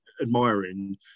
admiring